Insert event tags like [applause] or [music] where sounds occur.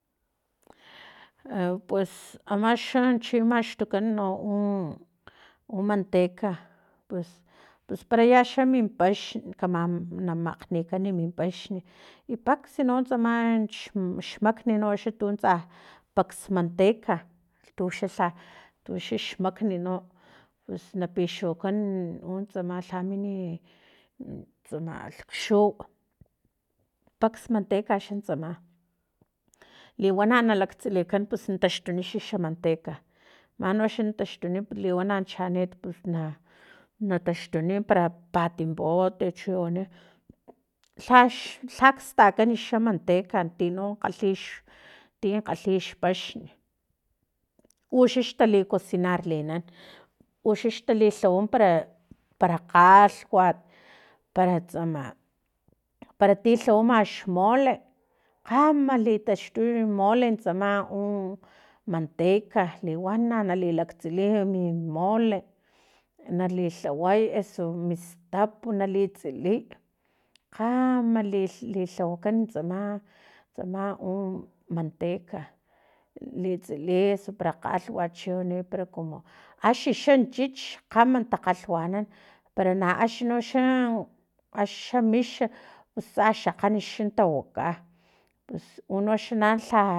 A pus ama xa chi maxtukan no [hesitation] u manteca pus pus pera yaxa min paxn ka na makgnikan min paxn i paksa no tsama xakni noxa tu tsa paks manteca tuxa lha tuxax makni no pus na pixukan u tsamalh lha min tsamlh xuw paks manteca xa tsama liwana na laktsilikan pus na taxtuni xa manteca manoxa na taxtuni liwana nachanit pus na taxtuni para patim bote chiwani lhax lha stakan xamanteca tino kgalhi x tinkgalhix paxn uxax tali cocinarlinan uxax tali lhawa para para kgalhwat para tsama para ti lhawama xmole kgama li taxtu mole tsama u manteca liwana nalilaktsiliy mi mole nalilhaway eso mi stap nali tsiliy kgama li lhawakan tsama tsama u manteca litsiliy eso para kgalhwat o chiwani para kumu axi xa chich kgama takgalhwanan pera na axni noxa mix pus tsaxa akgan xa tawaka pus unoxa na lhalh